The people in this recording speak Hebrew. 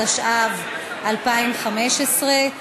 התשע"ו 2015,